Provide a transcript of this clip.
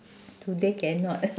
today cannot